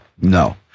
No